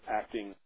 acting